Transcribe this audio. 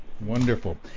Wonderful